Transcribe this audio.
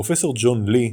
פרופסור ג'ון לי,